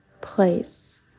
place